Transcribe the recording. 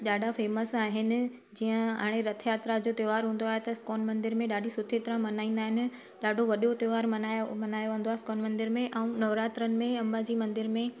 ॾाढा फेमस आहिनि जीअं हाणे रथ यात्रा जो त्योहारु हूंदो आहे त इस्कोन मंदर में ॾाढी सुठी तरह मल्हाईंदा आहिनि ॾाढो वॾो त्योहारु मल्हायो मल्हायो वेंदो आहे इस्कोन मंदर में ऐं नवरात्रुनि में अंबा जी मंदर में